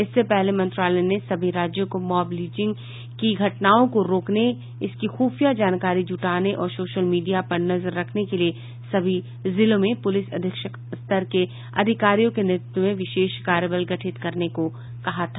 इससे पहले मंत्रालय ने सभी राज्यों को मॉब लिंचिंग की घटनाओं को रोकने इसकी खुफिया जानकारी जुटाने और सोशल मीडिया पर नजर रखने के लिए सभी जिलों में पुलिस अधीक्षक स्तर के अधिकारियों के नेतृत्व में विशेष कार्यबल गठित करने को कहा था